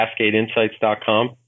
cascadeinsights.com